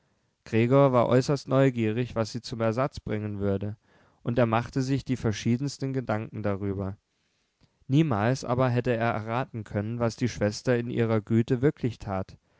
gregor war äußerst neugierig was sie zum ersatze bringen würde und er machte sich die verschiedensten gedanken darüber niemals aber hätte er erraten können was die schwester in ihrer güte wirklich tat